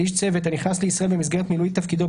על איש צוות הנכנס לישראל במסגרת מילוי תפקידו,